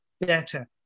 better